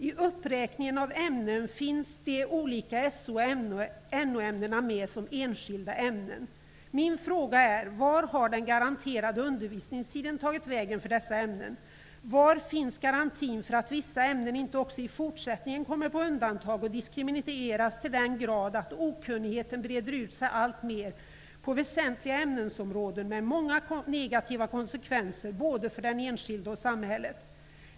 I uppräkningen av ämnen finns de olika SO och NO Var finns garantin för att vissa ämnen inte också i fortsättningen kommer på undantag och diskrimineras till den grad att okunnigheten breder ut sig alltmer på väsentliga ämnesområden, med många negativa konsekvenser både för den enskilde och för samhället?